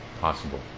possible